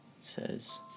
says